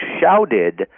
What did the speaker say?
shouted